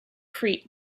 crete